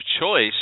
choice